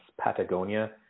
Patagonia